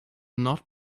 not